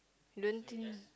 you don't think